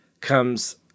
comes